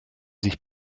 sich